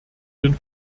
den